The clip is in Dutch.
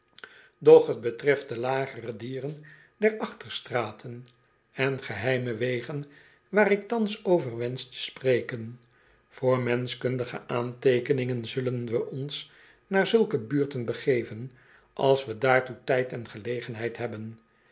doch t betreft de lagere dieren der achterstraten en geheime wegen waar ik thans over wensen te spreken voor menschkundige aanteekeningen zullen we ons naar zulke buurten begeven als we daartoe tijd en gelegenheid hebben